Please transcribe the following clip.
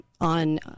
on